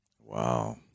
Wow